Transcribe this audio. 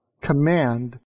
command